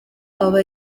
aba